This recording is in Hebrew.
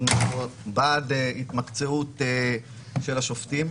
אנחנו בעד התמקצעות של השופטים.